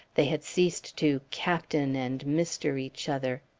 they had ceased to captain and mister each other.